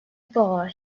bar